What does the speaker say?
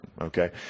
okay